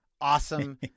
awesome